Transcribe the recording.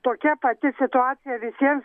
tokia pati situacija visiems